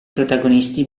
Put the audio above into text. protagonisti